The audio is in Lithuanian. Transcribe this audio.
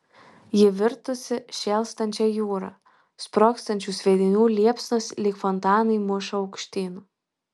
ji virtusi šėlstančia jūra sprogstančių sviedinių liepsnos lyg fontanai muša aukštyn